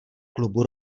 klubu